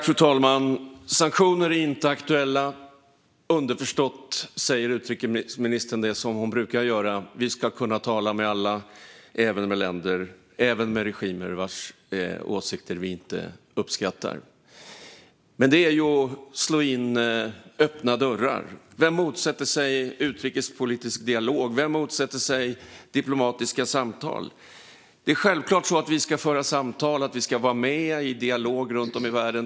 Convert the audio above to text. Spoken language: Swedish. Fru talman! Sanktioner är inte aktuella. Underförstått säger utrikesministern det hon brukar göra: Vi ska kunna tala med alla, även med regimer vars åsikter vi inte uppskattar. Detta är dock att slå in öppna dörrar. Vem motsätter sig utrikespolitisk dialog? Vem motsätter sig diplomatiska samtal? Det är självklart så att vi ska föra samtal och vara med i dialoger runt om i världen.